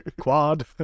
Quad